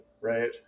right